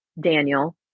Daniel